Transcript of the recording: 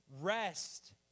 Rest